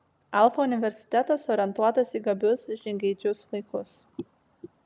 alfa universitetas orientuotas į gabius žingeidžius vaikus